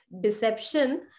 deception